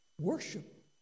Worship